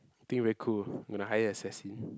think very cool gonna hire assassin